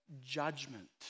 judgment